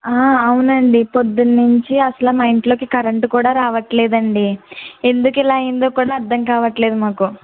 అవునండి పోద్దున నుంచి అసలు మా ఇంట్లోకి కరెంట్ కూడా రావట్లేదండి ఎందుకిలా అయ్యిందో కూడా అర్థం కావట్లేదు మాకు